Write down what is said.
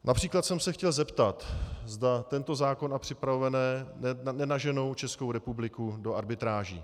Například jsem se chtěl zeptat, zda tento zákon a připravené nenaženou Českou republiku do arbitráží.